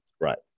Right